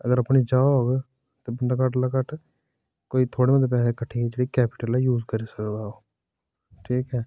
अगर अपनी जगह होग ते बंदा घट्ट कोला घट्ट कोई थोह्ड़े मते पैहे कट्ठे जेह्ड़ी कैपीटल ऐ यूज करी सकदा ओह् ठीक ऐ